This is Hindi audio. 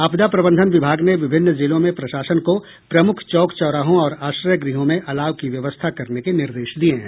आपदा प्रबंधन विभाग ने विभिन्न जिलों में प्रशासन को प्रमुख चौक चौराहों और आश्रय गृहों में अलाव की व्यवस्था करने के निर्देश दिये हैं